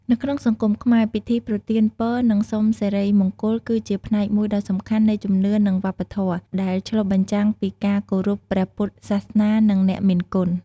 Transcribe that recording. នៅក្នុងសង្គមខ្មែរ ពិធីប្រទានពរនិងសុំសិរីមង្គលគឺជាផ្នែកមួយដ៏សំខាន់នៃជំនឿនិងវប្បធម៌ ដែលឆ្លុះបញ្ចាំងពីការគោរពព្រះពុទ្ធសាសនានិងអ្នកមានគុណ។